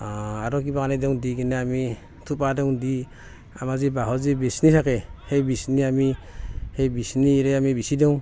আৰু কিবা আনি দিওঁ দি কিনে আমি থোপা দিওঁ দি আমাৰ যি বাঁহৰ যি বিচনী থাকে সেই বিচনী আমি সেই বিচনীৰে আমি বিচি দিওঁ